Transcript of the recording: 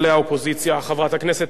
כמה שקרים,